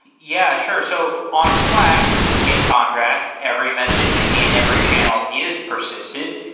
yeah, sure. so on slack, in contrast, every message in every channel is persisted.